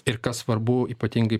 ir kas svarbu ypatingai